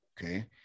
Okay